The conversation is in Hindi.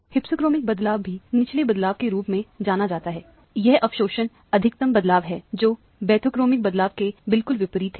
Hypsochromic बदलाव भी नीले बदलाव के रूप में जाना जाता है यह अवशोषण अधिकतम बदलाव है जो बाथोक्रोमिक बदलाव के बिल्कुल विपरीत है